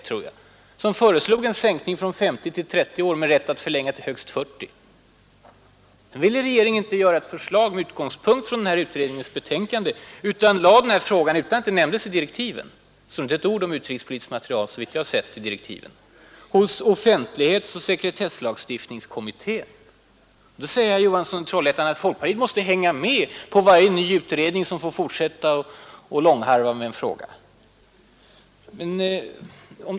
Och i det betänkandet föreslog utredningen en sänkning från 50 till 30 år med rätt att förlänga till högst 40 år. Men sedan ville regeringen inte lägga något förslag med utgångspunkt i vad utredningen skrivit utan lade den här frågan hos en ny utredning utan att den saken nämndes i direktiven, Såvitt jag kunnat se sägs det i direktiven till 1970 års offentlighetsoch sekretesslagstiftningskommitté inte ett ord om utrikespolitiskt material. Nu säger herr Johansson i Trollhättan att folkpartiet måste hänga med i varje ny utredning och därmed fortsätta att långhala den här frågan.